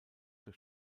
zur